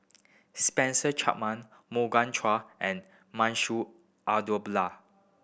Spencer Chapman Morgan Chua and Manshu